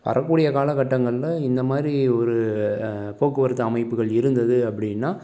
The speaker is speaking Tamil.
வர கூடிய காலகட்டங்களில் இந்த மாதிரி ஒரு போக்குவரத்து அமைப்புகள் இருந்தது அப்படின்னா